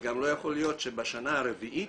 גם לא יכול להיות שבשנה הרביעית